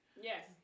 Yes